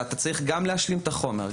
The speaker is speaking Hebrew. ואתה צריך גם להשלים את החומר,